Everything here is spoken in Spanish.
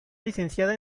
licenciada